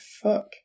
Fuck